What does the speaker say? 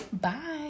Bye